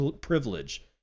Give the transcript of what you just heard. privilege